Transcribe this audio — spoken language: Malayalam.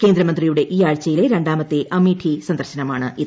കേന്ദ്രമന്ത്രിയുടെ ഈ ആഴ്ചയിലെ രണ്ടാമത്തെ അമേഠി സന്ദർശനമാണ് ഇത്